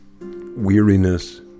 weariness